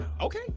Okay